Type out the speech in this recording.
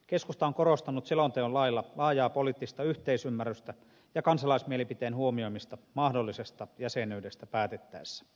keskusta on korostanut selonteon lailla laajaa poliittista yhteisymmärrystä ja kansalaismielipiteen huomioimista mahdollisesta jäsenyydestä päätettäessä